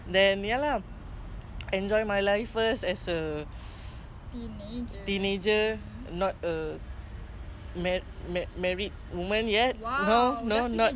kau dah dua puluh satu ah eh kau sembilan belas a'ah turun turun semakin like